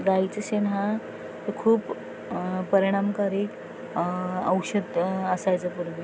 गाईचं शेण हा खूप परिणामकारी औषध असायचं पूर्वी